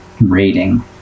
rating